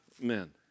men